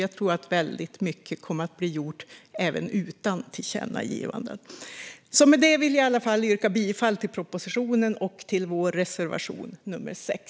Jag tror att väldigt mycket kommer att bli gjort även utan tillkännagivanden. Med detta yrkar jag bifall till propositionen och till reservation nummer 6.